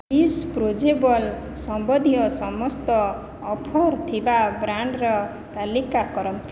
disposable ସମ୍ବନ୍ଧୀୟ ସମସ୍ତ offer ଥିବା ବ୍ରାଣ୍ଡର ତାଲିକା କରନ୍ତୁ